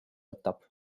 võtab